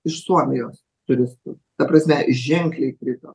iš suomijos turistų ta prasme ženkliai krito